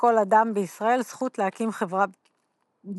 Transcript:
לכל אדם בישראל זכות להקים חברה בע"מ,